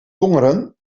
tongeren